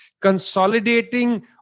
consolidating